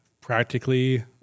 practically